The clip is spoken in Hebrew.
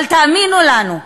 אבל תאמינו לנו,